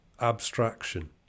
abstraction